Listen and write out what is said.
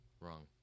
Wrong